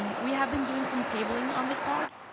um we have been doing some tabling on the quad